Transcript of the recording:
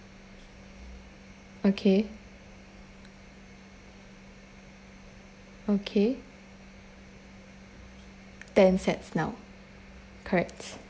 okay okay ten sets now corrects